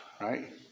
right